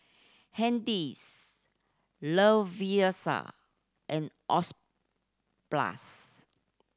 Hardy's Lovisa and Oxyplus